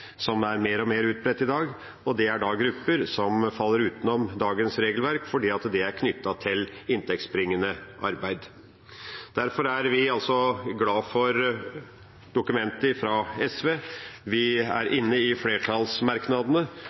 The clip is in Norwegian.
som blir mer og mer utbredt i dag. Dette er grupper som faller utenfor dagens regelverk, som er knyttet til inntektsbringende arbeid. Derfor er vi altså glad for dokumentet fra SV. Vi er inne i flertallsmerknadene,